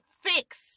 fix